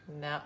No